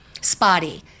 spotty